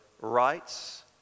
rights